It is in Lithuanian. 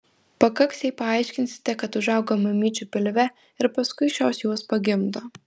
pakaks jei paaiškinsite kad užauga mamyčių pilve ir paskui šios juos pagimdo